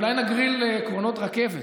אולי נגריל קרונות רכבת.